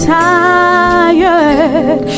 tired